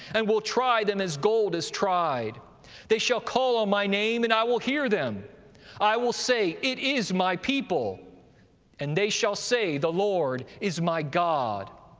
and will try them as gold is tried they shall call on my name, and i will hear them i will say, it is my people and they shall say, the lord is my god.